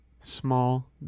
small